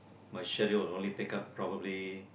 my schedule would only pick up probably